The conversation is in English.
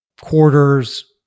quarters